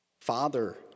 Father